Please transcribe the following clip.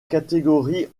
catégorie